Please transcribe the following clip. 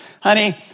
honey